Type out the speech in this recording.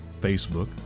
Facebook